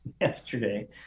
yesterday